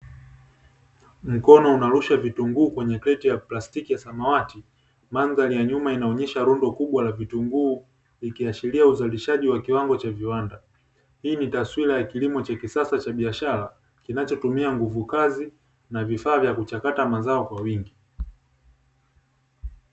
Mkono unarusha vitunguu kwenye kreti ya plastiki ya samawati, mandhari ya nyuma inaonyesha rundo kubwa la vitunguu ikiashiria uzalishaji wa kiwango cha viwanda. Hii ni taswira ya kilimo cha kisasa cha biashara, kinachotumia nguvu kazi na vifaa vya kuchakata mazao kwa wingi.